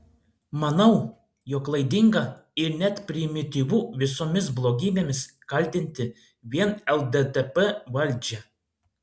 manau jog klaidinga ir net primityvu visomis blogybėmis kaltinti vien lddp valdžią